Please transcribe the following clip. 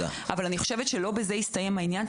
אני חושבת שלא בזה מסתיים העניין,